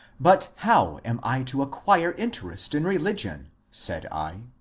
but how am i to acquire interest in religion? said i.